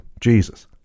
Jesus